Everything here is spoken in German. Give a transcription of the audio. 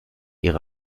ihre